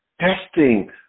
testing